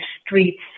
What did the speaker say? streets